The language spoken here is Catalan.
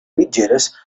mitgeres